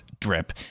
drip